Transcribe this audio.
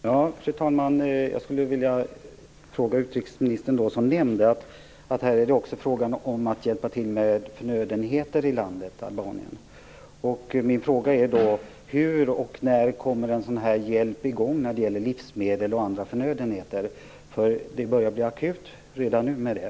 Fru talman! Jag skulle vilja ställa en fråga till utrikesministern. Hon nämnde att det här också är fråga om att hjälpa till med förnödenheter i landet Albanien. Min fråga är: Hur och när kommer en sådan hjälp i gång när det gäller livsmedel och andra förnödenheter? Det börjar redan nu bli akut med det behovet.